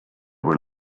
were